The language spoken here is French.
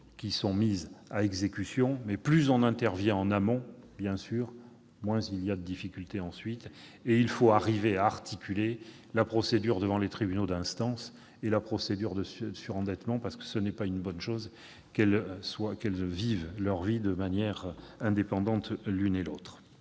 qui sont mises à exécution. Plus on interviendra en amont, moins il y aura de difficultés ensuite. Nous devons arriver à articuler la procédure devant les tribunaux d'instance et la procédure de surendettement, car il n'est pas sain qu'elles vivent leur vie de manière indépendante l'une et l'autre.